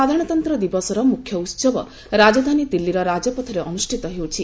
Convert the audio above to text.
ସାଧାରଣତନ୍ତ୍ର ଦିବସର ମୁଖ୍ୟ ଉହବ ରାଜଧାନୀ ଦିଲ୍ଲୀର ରାଜପଥରେ ଅନୁଷ୍ଠିତ ହେଉଛି